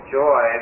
joy